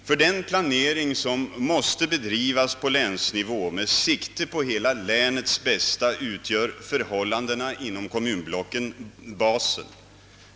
För den planering som måste bedrivas på länsnivå med sikte på hela länets bästa utgör förhållandena inom kommunblocken basen.